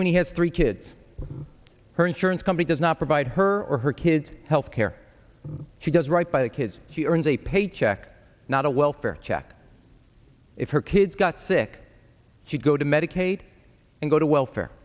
when he has three kids her insurance company does not provide her or her kids health care she does right by the kids she earns a paycheck not a welfare check if her kids got sick she'd go to medicaid and go to welfare